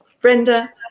Brenda